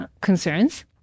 concerns